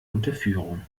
unterführung